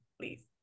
please